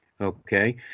Okay